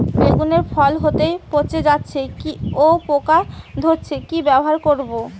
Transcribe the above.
বেগুনের ফল হতেই পচে যাচ্ছে ও পোকা ধরছে কি ব্যবহার করব?